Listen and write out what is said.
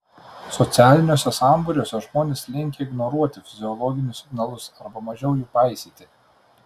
socialiniuose sambūriuose žmonės linkę ignoruoti fiziologinius signalus arba mažiau jų paisyti